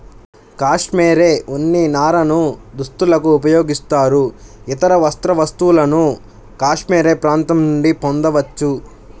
cashmere ఉన్ని నారను దుస్తులకు ఉపయోగిస్తారు, ఇతర వస్త్ర వస్తువులను కాష్మెరె ప్రాంతం నుండి పొందవచ్చు